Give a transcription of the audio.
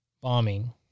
bombing